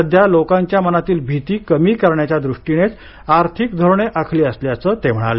सध्या लोकांच्या मनातील भीती कमी करण्याच्या दृष्टीनेच आर्थिक धोरणे आखली असल्याचं ते म्हणाले